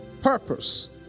purpose